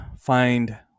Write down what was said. find